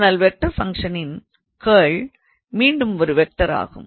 ஆனாலும் வெக்டார் ஃபங்க்ஷனின் கர்ல் மீண்டும் ஒரு வெக்டார் ஆகும்